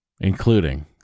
including